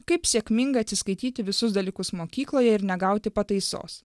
kaip sėkmingai atsiskaityti visus dalykus mokykloje ir negauti pataisos